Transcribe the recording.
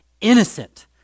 innocent